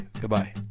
Goodbye